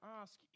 ask